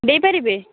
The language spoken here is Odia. ଦେଇ ପାରିବେ